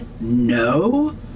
no